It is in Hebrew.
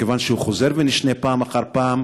מכיוון שהוא חוזר ונשנה פעם אחר פעם,